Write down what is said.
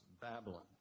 Babylon